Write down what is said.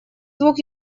двух